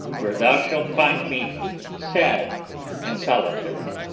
where thou shalt find me sad and solitary.